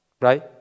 right